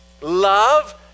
love